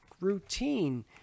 routine